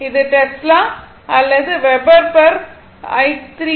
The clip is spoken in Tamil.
அது டெஸ்லா அல்லது வெபர் பெர் i32